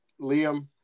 Liam